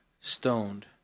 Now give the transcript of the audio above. stoned